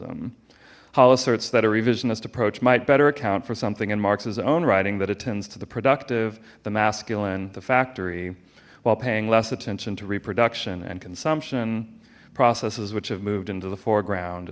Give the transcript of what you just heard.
revisionist approach might better account for something in marx's own writing that attends to the productive the masculine the factory while paying less attention to reproduction and consumption processes which have moved into the foreground